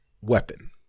weapon